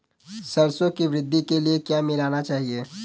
सरसों की वृद्धि के लिए क्या मिलाना चाहिए?